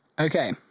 Okay